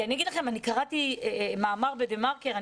אני קראתי מאמר בדה-מרקר,